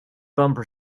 bumper